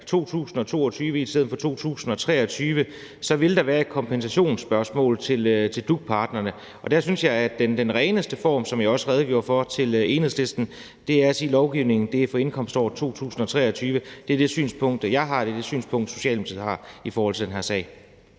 2022 i stedet for 2023, vil der være et kompensationsspørgsmål i forhold til DUC-partnerne. Og der synes jeg, at den reneste form, som jeg også redegjorde for over for Enhedslisten, er at sige, at lovgivningen er for indkomståret 2023. Det er det synspunkt, jeg har, og det er det synspunkt Socialdemokratiet har i forhold til den her sag.